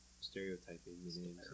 Stereotyping